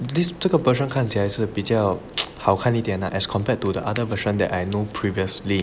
this 这个 version 看起来是比较好看一点 ah as compare to the other version that I know previously